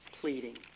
pleading